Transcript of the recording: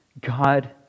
God